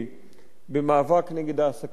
במאבק נגד העסקה קבלנית,